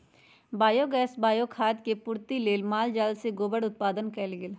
biogas, bio खाद के पूर्ति लेल माल जाल से गोबर उत्पादन कएल गेल